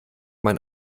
man